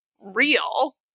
real